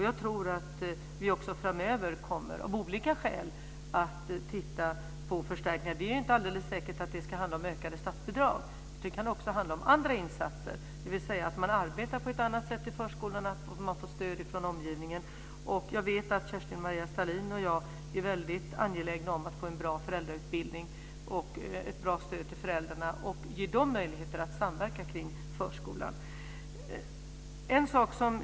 Jag tror att vi också framöver kommer, av olika skäl, att titta på förstärkningar. Det är inte alldeles säkert att det ska handla om ökade statsbidrag. Det kan också handla om andra insatser, dvs. att arbeta på ett annat sätt i förskolorna med stöd från omgivningen. Jag vet att Kerstin-Maria Stalin och jag är väldigt angelägna om att få en bra föräldrautbildning, ett bra stöd till föräldrarna och att ge dem möjligheter att samverka kring förskolan.